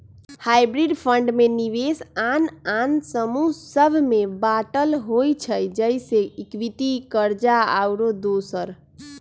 hybrid fund में निवेश आन आन समूह सभ में बाटल होइ छइ जइसे इक्विटी, कर्जा आउरो दोसर